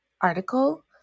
article